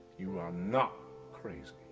you are not, crazy.